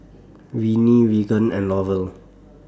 Renee Regan and Laurel